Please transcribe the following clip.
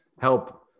help